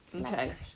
Okay